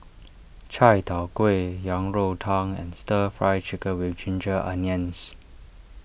Chai Tow Kuay Yang Rou Tang and Stir Fry Chicken with Ginger Onions